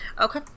okay